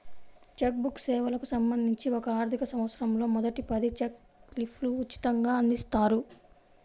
check book సేవలకు సంబంధించి ఒక ఆర్థికసంవత్సరంలో మొదటి పది చెక్ లీఫ్లు ఉచితంగ అందిస్తారు